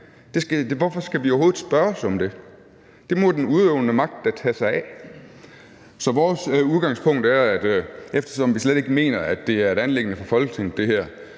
have fem eksperter på deltid fra eller til? Det må den udøvende magt da tage sig af. Så vores udgangspunkt er, at vi, eftersom vi slet ikke mener, at det her er et anliggende for Folketinget, men at